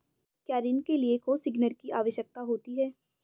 क्या ऋण के लिए कोसिग्नर की आवश्यकता होती है?